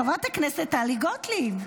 חברת הכנסת טלי גוטליב,